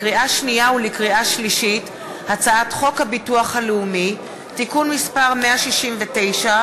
לקריאה שנייה ולקריאה שלישית: הצעת חוק הביטוח הלאומי (תיקון מס' 169),